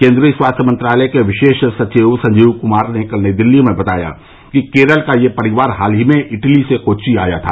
केन्द्रीय स्वास्थ्य मंत्रालय के विशेष सचिव संजीव कुमार ने नई दिल्ली में बताया कि केरल का यह परिवार हाल ही में इटली से कोच्चि आया था